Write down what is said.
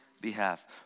behalf